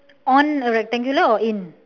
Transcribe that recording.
on a rectangular or in